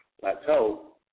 plateau